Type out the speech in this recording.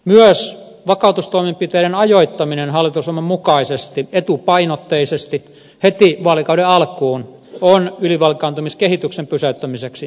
myös vakautustoimenpiteiden ajoittaminen hallitusohjelman mukaisesti etupainotteisesti heti vaalikauden alkuun on ylivelkaantumiskehityksen pysäyttämiseksi perusteltua